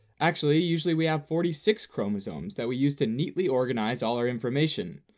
actually, usually we have forty six chromosomes that we use to neatly organize all our information,